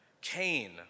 Cain